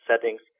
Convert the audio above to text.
settings